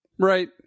Right